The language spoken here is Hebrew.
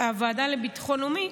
הוועדה לביטחון לאומי,